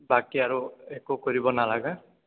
বাকী আৰু একো কৰিব নালাগে